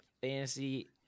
fantasy